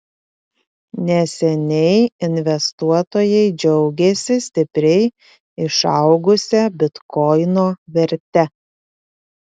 neseniai investuotojai džiaugėsi stipriai išaugusia bitkoino verte